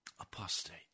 apostate